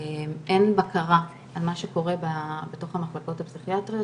אין בקרה על מה שקורה בתוך המחלקות הפסיכיאטריות,